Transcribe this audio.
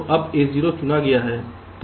तो अब A0 चुना गया है